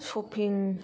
shopping